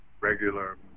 regular